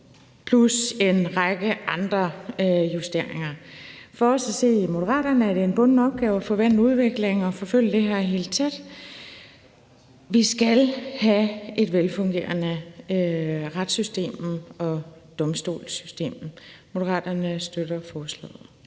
plus en række andre justeringer. For os i Moderaterne at se er det en bunden opgave at få vendt udviklingen og forfølge det her helt tæt; vi skal have et velfungerende retssystem og domstolssystem. Moderaterne støtter forslaget.